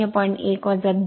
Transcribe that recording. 1 2